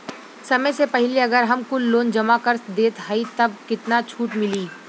समय से पहिले अगर हम कुल लोन जमा कर देत हई तब कितना छूट मिली?